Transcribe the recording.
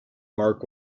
mark